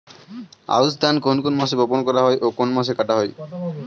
আউস ধান কোন মাসে বপন করা হয় ও কোন মাসে কাটা হয়?